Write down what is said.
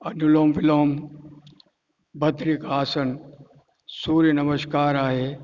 अनुलोम विलोम भत्रिका आसन सूर्य नमस्कार आहे